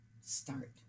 start